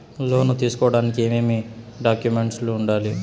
లోను తీసుకోడానికి ఏమేమి డాక్యుమెంట్లు ఉండాలి